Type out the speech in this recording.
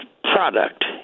product